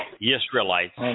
Israelites